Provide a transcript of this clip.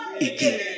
again